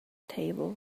table